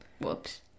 Whoops